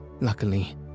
Luckily